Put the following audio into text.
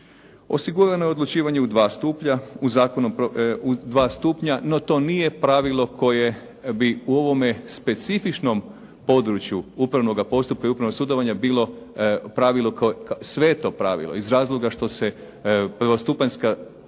Osigurano je odlučivanje u dva stupnja. No to nije pravilo koje bi u ovome specifičnome području upravnoga postupka i upravnog sudovanja bilo sveto pravilo iz razloga što se prvostupanjska odluka